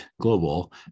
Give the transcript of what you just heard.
Global